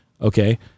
okay